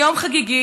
זה יום חגיגי,